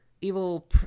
evil